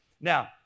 Now